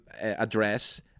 address